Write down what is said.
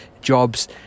jobs